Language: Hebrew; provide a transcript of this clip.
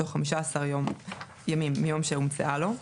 בתוך 15 ימים מיום שהומצאה לו.